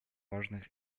важных